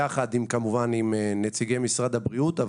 יחד עם נציגי משרד הבריאות נקבע איתו פגישה.